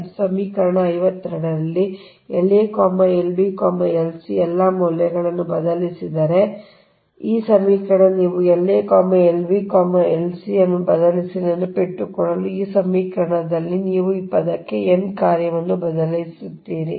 ನೀವು ಸಮೀಕರಣ 52 ರಲ್ಲಿ La Lb Lc ನ ಎಲ್ಲಾ ಮೌಲ್ಯಗಳನ್ನು ಬದಲಿಸಿದರೆ ಅಂದರೆ ಈ ಸಮೀಕರಣದಲ್ಲಿ ನೀವು La Lb Lc ಅನ್ನು ಬದಲಿಸಿದರೆ ನೆನಪಿಟ್ಟುಕೊಳ್ಳಲು ಈ ಸಮೀಕರಣದಲ್ಲಿ ನೀವು ಈ ಪದಕ್ಕೆ n ನ ಕಾರ್ಯವನ್ನು ಬದಲಾಯಿಸುತ್ತೀರಿ